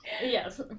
yes